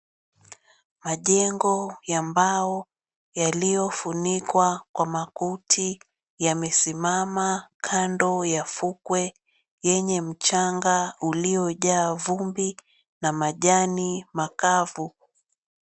Majengo ya mbao yaliyofunikwa kwa makuti yamesimama kando ya fukwe, yenye mchanga uliojaa vumbi na majani makavu.